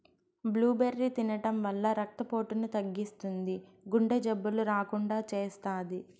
blueberry తినడం వల్ల రక్త పోటును తగ్గిస్తుంది, గుండె జబ్బులు రాకుండా చేస్తాది